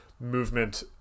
movement